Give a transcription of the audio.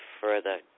further